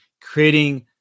creating